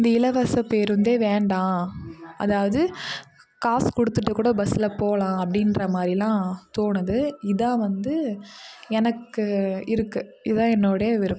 இந்த இலவசப்பேருந்தே வேண்டாம் அதாவது காசு கொடுத்துட்டு கூட பஸ்ஸில் போகலாம் அப்படின்றமாரிலான் தோணுது இதான் வந்து எனக்கு இருக்கு இதான் என்னோடைய விருப்பம்